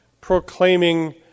proclaiming